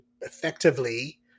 effectively